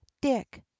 Dick